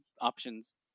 options